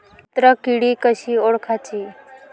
मित्र किडी कशी ओळखाची?